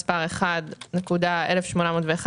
מס' 1.1801,